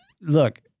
look